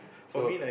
so